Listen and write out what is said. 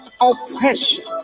oppression